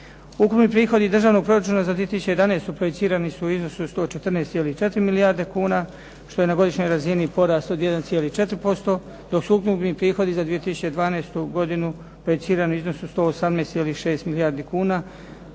Ukupni prihodi državnog proračuna za 2011. projecirani su u iznosu od 114,4 milijarde kuna što je na godišnjoj razini porast od 1,4% dok su ukupni prihodi za 2012. godinu projecirani u iznosu od 118,6 milijardi kuna